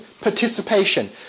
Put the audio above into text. participation